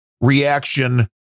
reaction